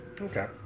okay